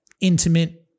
intimate